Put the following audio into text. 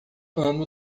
ano